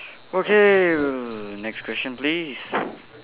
okay next question please